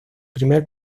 primer